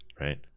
right